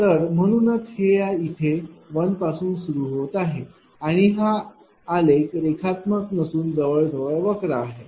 तर म्हणूनच हे ह्या इथे 1 पासून सुरू होत आहे आणि हा आलेख रेषात्मक नसून जवळजवळ वक्र आहे